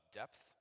depth